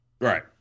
Right